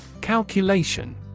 Calculation